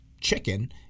chicken